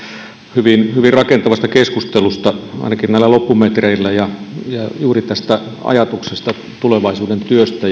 hyvin hyvin rakentavasta keskustelusta ainakin näillä loppumetreillä ja juuri tästä ajatuksesta tulevaisuuden työstä